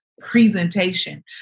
presentation